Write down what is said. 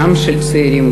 גם של צעירים,